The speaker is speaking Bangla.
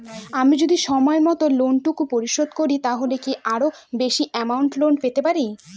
আমি যদি সময় মত লোন টুকু পরিশোধ করি তাহলে কি আরো বেশি আমৌন্ট লোন পেতে পাড়ি?